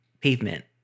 pavement